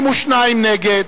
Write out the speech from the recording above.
62 נגד,